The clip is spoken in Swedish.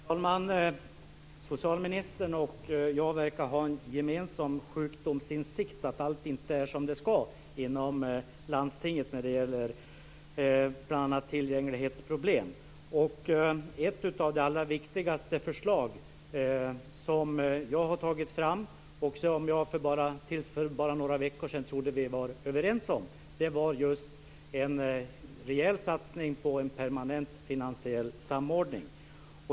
Fru talman! Socialministern och jag verkar ha en gemensam sjukdomsinsikt och vet att allt inte är som det ska inom landstinget när det gäller bl.a. tillgänglighet. Ett av de allra viktigaste förslag som jag har tagit fram, och som jag tills för bara några veckor sedan trodde att vi var överens om, gällde just en rejäl satsning på en permanent finansiell samordning.